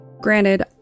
Granted